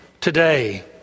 today